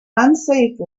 unsafe